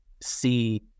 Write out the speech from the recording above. see